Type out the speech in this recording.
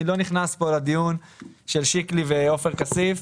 אני לא נכנס כאן לדיון של שיקלי ועופר כסיף.